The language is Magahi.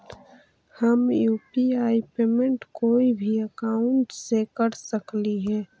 हम यु.पी.आई पेमेंट कोई भी अकाउंट से कर सकली हे?